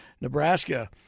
Nebraska